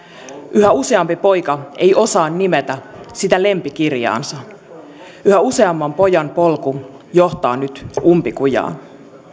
yhä useampi poika ei osaa nimetä sitä lempikirjaansa yhä useamman pojan polku johtaa nyt umpikujaan